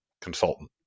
consultant